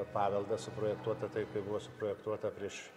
paveldas suprojektuota taip kaip buvo suprojektuota prieš